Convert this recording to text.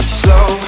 slow